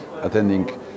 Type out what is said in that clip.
attending